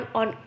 on